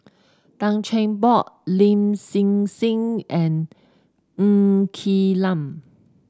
Tan Cheng Bock Lin Hsin Hsin and Ng Quee Lam